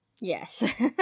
Yes